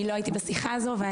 אני לא הייתי בשיחה הזאת.